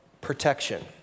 protection